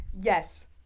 Yes